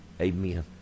amen